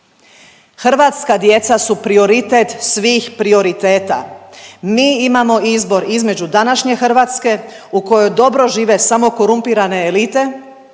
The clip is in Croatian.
Hrvatska djeca su prioritet svih prioriteta. Mi imamo izbor između današnje Hrvatske u kojoj dobro žive samo korumpirane elite